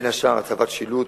בין השאר בהצבת שילוט,